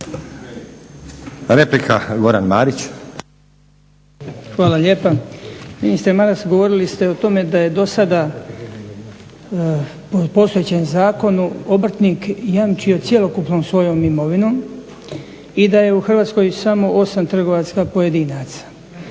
**Marić, Goran (HDZ)** Hvala lijepa. Ministre Maras govorili ste o tome da je do sada po postojećem zakonu obrtnik jamčio cjelokupnom svojom imovinom i da je u Hrvatskoj samo 8 trgovaca pojedinaca.